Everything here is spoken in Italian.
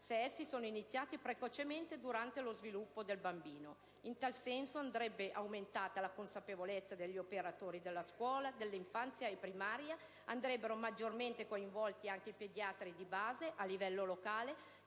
se essi sono iniziati precocemente durante lo sviluppo del bambino. In tal senso andrebbe aumentata la consapevolezza degli operatori della scuola dell'infanzia e primaria; andrebbero maggiormente coinvolti anche i pediatri di base a livello locale,